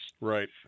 Right